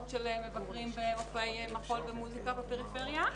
של מבקרים במופעי מחול ומוסיקה בפריפריה.